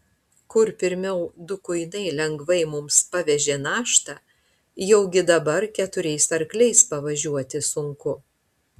kur pirmiau du kuinai lengvai mums pavežė naštą jaugi dabar keturiais arkliais pavažiuoti sunku